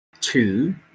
two